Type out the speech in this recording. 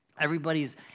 Everybody's